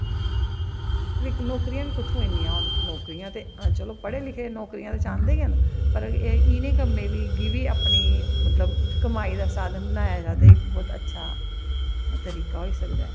लेकिन नौकरियां बी कु'त्थुआं इ'न्नियां हून नौकरिया ते चलो पढे़ लिखे दे नौकरियां ते चाहंदे गै न पर इ'नें कम्में गी बी अपनी कमाई दा साधन बनाया जाए ते इक बहोत अच्छा तरीका होई सकदा ऐ